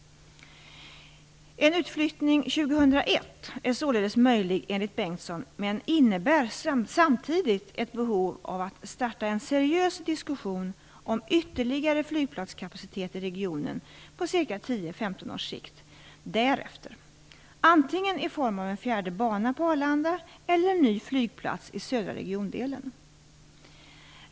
En utflyttning år 2001 är således möjlig enligt Marita Bengtsson, men innebär samtidigt ett behov av att starta en seriös diskussion om ytterligare flygplatskapacitet i regionen på ca 10-15 års sikt därefter - antingen i form av en fjärde bana på Arlanda eller i form av en flygplats i den södra regiondelen.